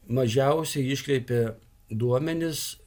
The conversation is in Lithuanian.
mažiausiai iškreipė duomenis